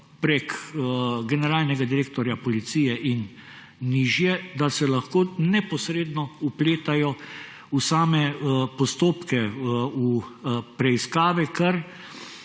prek generalnega direktorja Policije in nižje – neposredno vpleta v same postopke preiskav. Po